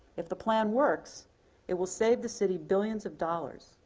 if the plan works it will save the city billions of dollars.